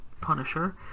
Punisher